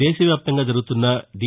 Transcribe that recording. దేశవ్యాప్తంగా జరుగుతున్న డీ